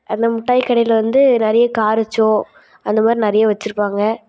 அந்த முட்டாய் கடையில் வந்து நிறைய காரச்சோ அந்தமாதிரி நிறைய வச்சுருப்பாங்க